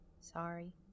Sorry